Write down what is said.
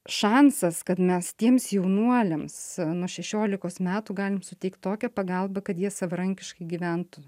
šansas kad mes tiems jaunuoliams nuo šešiolikos metų galim suteikt tokią pagalbą kad jie savarankiškai gyventų